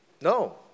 No